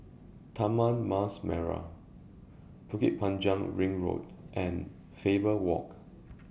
Taman Mas Merah Bukit Panjang Ring Road and Faber Walk